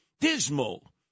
dismal